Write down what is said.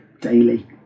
daily